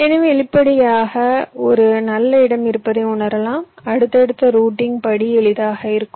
எனவே வெளிப்படையாக ஒரு நல்ல இடம் இருப்பதை உணரலாம் அடுத்தடுத்த ரூட்டிங் படி எளிதாக இருக்கும்